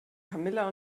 camilla